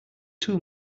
too